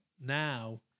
now